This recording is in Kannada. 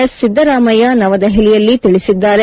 ಎಸ್ ಸಿದ್ದರಾಮಯ್ಯ ನವದೆಹಲಿಯಲ್ಲಿ ತಿಳಿಸಿದ್ದಾರೆ